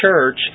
church